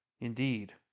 indeed